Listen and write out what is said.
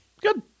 good